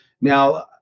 Now